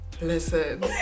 Listen